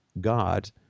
God